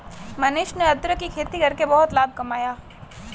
मनीष ने अदरक की खेती करके बहुत लाभ कमाया